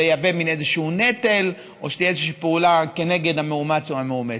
יהווה איזשהו נטל או שתהיה איזושהי פעולה כנגד המאומץ או המאומצת.